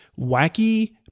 wacky